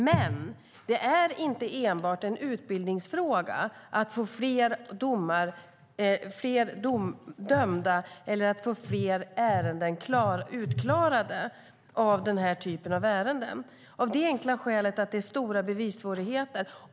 Men det är inte enbart en utbildningsfråga att få fler dömda eller att få fler ärenden av den här typen uppklarade. Det enkla skälet är att det är stora bevissvårigheter.